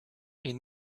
est